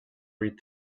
read